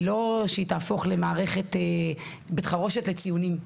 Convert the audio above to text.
היא לא שהיא תהפוך למערכת בית חרושת לציונים,